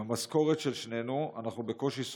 עם המשכורת של שנינו אנחנו בקושי שורדים,